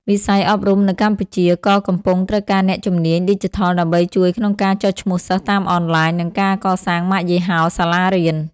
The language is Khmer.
វិស័យអប់រំនៅកម្ពុជាក៏កំពុងត្រូវការអ្នកជំនាញឌីជីថលដើម្បីជួយក្នុងការចុះឈ្មោះសិស្សតាមអនឡាញ និងការកសាងម៉ាកយីហោសាលារៀន។